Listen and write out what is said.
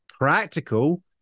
practical